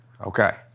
okay